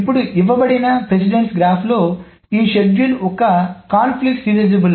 ఇప్పుడు ఇవ్వబడిన ప్రాధాన్యత గ్రాఫ్ లో ఈ షెడ్యూల్ ఒక సంఘర్షణ సీరియలైజబుల్